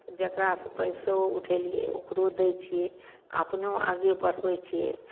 तऽ जकरासे पइसो उठेलिए ओकरो दै छिए अपनो आगे बढ़बै छिए